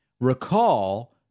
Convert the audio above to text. Recall